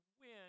win